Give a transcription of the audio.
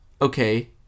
Okay